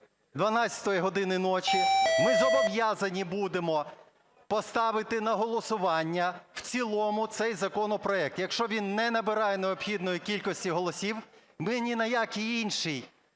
12 години ночі ми зобов'язані будемо поставити на голосування в цілому цей законопроект. Якщо він не набирає необхідної кількості голосів, ми ні на якому іншому